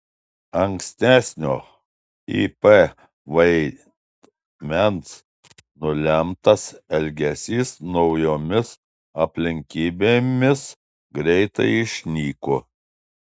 ankstesnio ip vaidmens nulemtas elgesys naujomis aplinkybėmis greitai išnyko